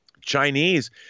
Chinese